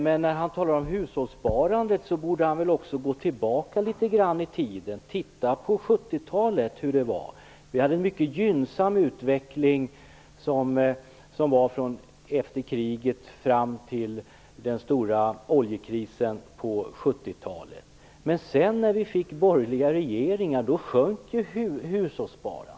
Men när han talar om hushållssparandet borde han också gå tillbaka litet grand i tiden och titta på hur det var på 1970-talet. Vi hade en mycket gynnsam utveckling som varade från krigsslutet till den stora oljekrisen på 1970-talet, men när vi fick borgerliga regeringar sjönk hushållssparandet.